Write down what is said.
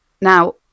Now